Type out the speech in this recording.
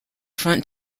front